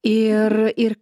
ir ir